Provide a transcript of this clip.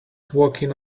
walking